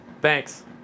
Thanks